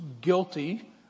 guilty